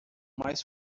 mais